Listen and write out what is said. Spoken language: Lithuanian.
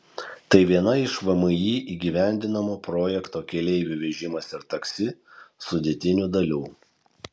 tai viena iš vmi įgyvendinamo projekto keleivių vežimas ir taksi sudėtinių dalių